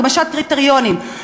הגמשת קריטריונים.